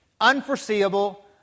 unforeseeable